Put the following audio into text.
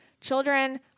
Children